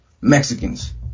Mexicans